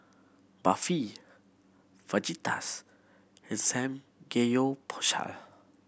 Barfi Fajitas and Samgeyopsal